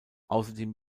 außerdem